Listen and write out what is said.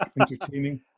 entertaining